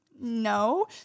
no